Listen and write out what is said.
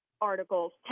articles